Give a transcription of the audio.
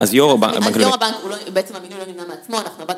אז יו"ר הבנק, אז יו"ר הבנק בעצם המינוי לא נמנע מעצמו, אנחנו בנו...